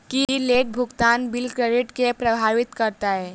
की late भुगतान bill credit केँ प्रभावित करतै?